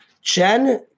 Jen